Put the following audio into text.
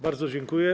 Bardzo dziękuję.